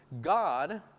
God